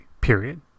period